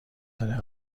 داره